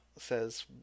Says